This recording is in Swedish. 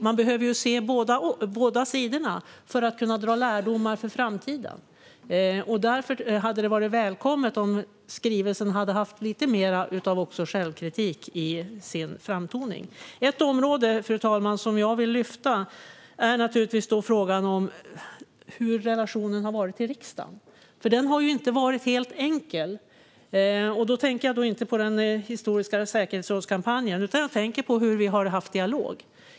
Man behöver ju se båda sidorna för att kunna dra lärdomar för framtiden. Därför hade det varit välkommet om skrivelsen hade haft lite mer självkritik i sin framtoning. Fru talman! En fråga som jag vill lyfta fram är naturligtvis hur relationen har varit i riksdagen, för den har inte varit helt enkelt. Då tänker jag inte på den historiska säkerhetsrådskampanjen, utan jag tänker på hur vår dialog har varit.